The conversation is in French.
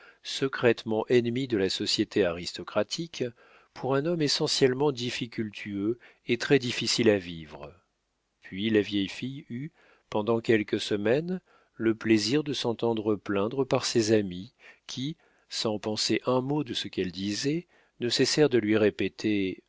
secrètement ennemie de la société aristocratique pour un homme essentiellement difficultueux et très-difficile à vivre puis la vieille fille eut pendant quelques semaines le plaisir de s'entendre plaindre par ses amies qui sans penser un mot de ce qu'elles disaient ne cessèrent de lui répéter